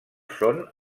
són